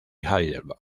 heidelberg